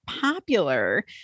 popular